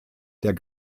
der